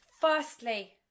Firstly